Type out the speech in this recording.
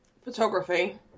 photography